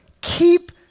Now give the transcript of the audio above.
Keep